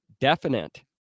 definite